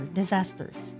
disasters